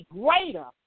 greater